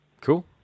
Cool